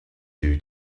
due